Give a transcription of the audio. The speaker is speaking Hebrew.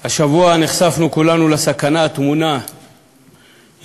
השבוע נחשפנו כולנו לסכנה הטמונה יום-יום,